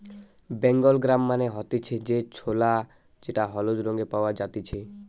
Bengal gram মানে হতিছে যে ছোলা যেটা হলুদ রঙে পাওয়া জাতিছে